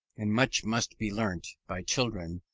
and much must be learnt, by children,